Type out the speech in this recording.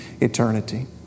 eternity